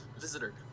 visitor